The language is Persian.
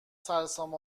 سرسام